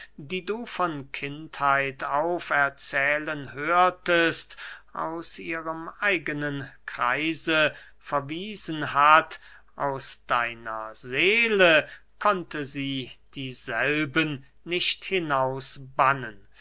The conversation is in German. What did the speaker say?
die du von kindheit auf erzählen hörtest aus ihrem eigenen kreise verwiesen hat aus deiner seele konnte sie dieselben nicht